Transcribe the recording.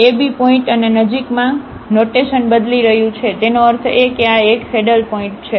b point અને નજીકમાં notation બદલી રહ્યું છે તેનો અર્થ એ કે આ એક સેડલપોઇન્ટ છે